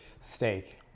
Steak